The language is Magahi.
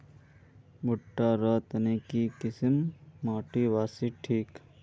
भुट्टा र तने की किसम माटी बासी ठिक?